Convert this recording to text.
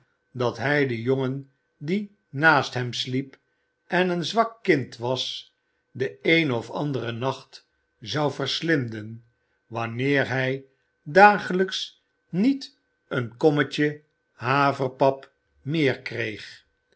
dat hij den jongen die naast hem sliep en een zwak kind was den een of anderen nacht zou verslinden wanneer hij opvoeding volgens het nieuwe stelsel dagelijks niet een kommetje haverpap meer kreeg